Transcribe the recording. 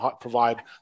provide